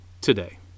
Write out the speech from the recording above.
today